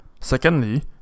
Secondly